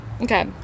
Okay